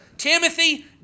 Timothy